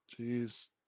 Jeez